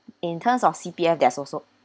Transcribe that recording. in terms of C_P_F there's also